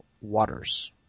Waters